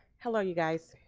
hello, you guys.